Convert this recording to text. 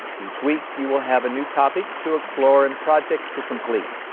each week, you will have a new topic to explore and projects to complete.